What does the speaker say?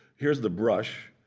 here's the brush.